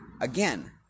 again